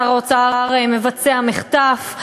שר האוצר מבצע מחטף,